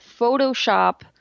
Photoshop